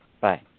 bye